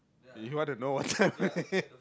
you want to know what time